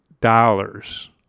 dollars